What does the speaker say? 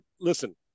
listen